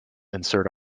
insert